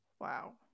Wow